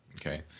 Okay